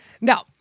Now